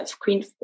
queen